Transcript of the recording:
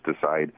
decide